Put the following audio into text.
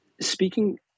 Speaking